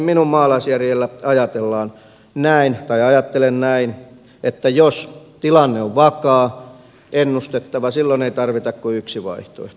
ja ainakin minä maalaisjärjelläni ajattelen näin että jos tilanne on vakaa ennustettava silloin ei tarvita kuin yksi vaihtoehto